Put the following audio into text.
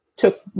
Took